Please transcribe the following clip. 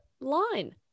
line